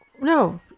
No